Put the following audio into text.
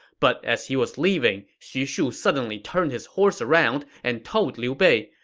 but as he was leaving, xu shu suddenly turned his horse around and told liu bei,